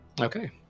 okay